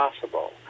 possible